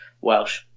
Welsh